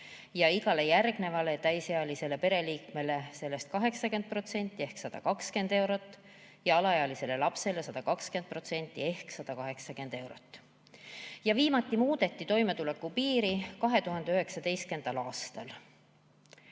ja igale järgnevale täisealisele pereliikmele sellest 80% ehk 120 eurot ja alaealisele lapsele 120% ehk 180 eurot. Viimati muudeti toimetulekupiiri 2019. aastal.